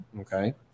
okay